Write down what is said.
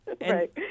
Right